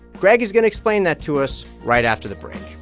greg is going to explain that to us right after the break